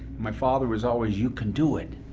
my father's was always you can do it.